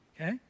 okay